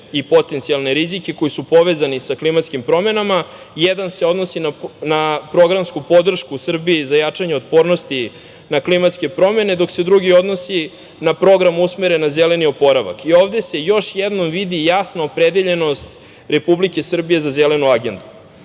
i potencijalne rizike koji su povezani sa klimatskim promenama. Jedan se odnosi na programsku podršku Srbiji za jačanje otpornosti na klimatske promene, dok se drugi odnosi na program usmeren na zeleni oporavak. Ovde se još jednom vidi jasna opredeljenost Republike Srbije za zelenu agendu. Kada